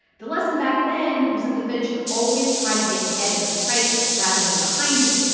the lesson back then was that the fed should always try to be ahead of the crisis rather than behind it,